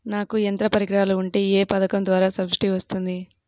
నాకు యంత్ర పరికరాలు ఉంటే ఏ పథకం ద్వారా సబ్సిడీ వస్తుంది?